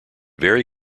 very